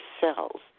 cells